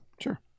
Sure